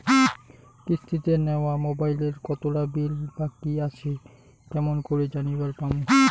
কিস্তিতে নেওয়া মোবাইলের কতোলা বিল বাকি আসে কেমন করি জানিবার পামু?